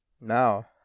now